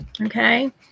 Okay